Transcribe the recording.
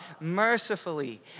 mercifully